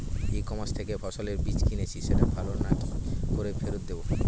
ই commerce থেকে ফসলের বীজ কিনেছি সেটা ভালো না কি করে ফেরত দেব?